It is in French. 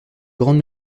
grande